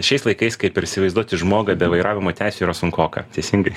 šiais laikais kaip ir įsivaizduoti žmogą be vairavimo teisių yra sunkoka teisingai